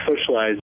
socialized